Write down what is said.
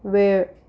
वेळ